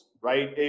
right